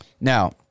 Now